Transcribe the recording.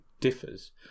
differs